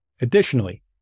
Additionally